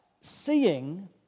seeing